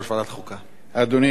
אדוני היושב-ראש,